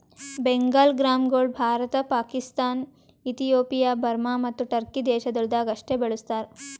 ಬೆಂಗಾಲ್ ಗ್ರಾಂಗೊಳ್ ಭಾರತ, ಪಾಕಿಸ್ತಾನ, ಇಥಿಯೋಪಿಯಾ, ಬರ್ಮಾ ಮತ್ತ ಟರ್ಕಿ ದೇಶಗೊಳ್ದಾಗ್ ಅಷ್ಟೆ ಬೆಳುಸ್ತಾರ್